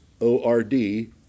O-R-D